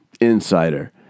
insider